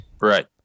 right